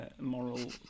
moral